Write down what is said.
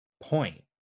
point